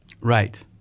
Right